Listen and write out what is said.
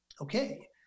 okay